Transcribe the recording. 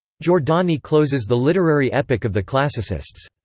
giordani closes the literary epoch of the classicists.